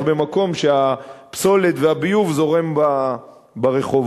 במקום שהפסולת והביוב זורם ברחובות.